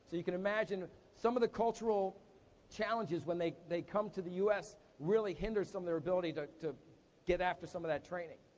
so you can imagine some of the cultural challenges, when they they come to the us, really hinders some of their ability to to get after some of that training.